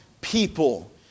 people